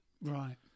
Right